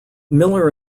miller